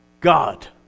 God